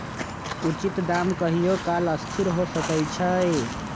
उचित दाम कहियों काल असथिर हो सकइ छै